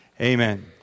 Amen